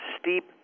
steep